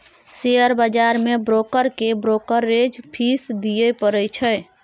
share बजार मे broker केँ ब्रोकरेज फीस दियै परै छै